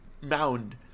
mound